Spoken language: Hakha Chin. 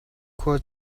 khua